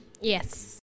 yes